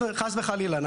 חס וחלילה.